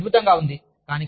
ఇది అద్భుతంగా ఉంది